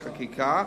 בחקיקה,